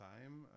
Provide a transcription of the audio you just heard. time